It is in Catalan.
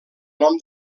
nom